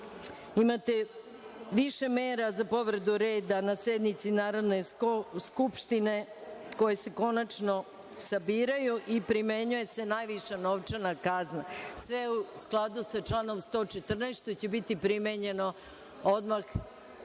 Imate više mera za povredu reda na sednici Narodne skupštine, koje se konačno sabiraju i primenjuje se najviša novčana kazna. Sve u skladu sa članom 114. što će biti primenjeno odmah